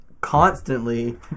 Constantly